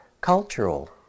cultural